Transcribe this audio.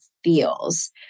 feels